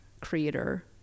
creator